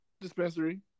dispensary